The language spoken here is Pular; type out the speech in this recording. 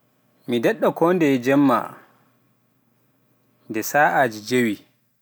mi daɗɗa kondeye jemma, nde sa'aji jeewee.